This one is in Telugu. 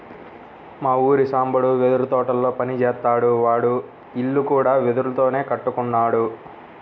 మా ఊరి సాంబడు వెదురు తోటల్లో పని జేత్తాడు, వాడి ఇల్లు కూడా వెదురుతోనే కట్టుకున్నాడు